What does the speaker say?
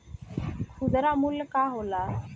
खुदरा मूल्य का होला?